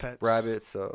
rabbits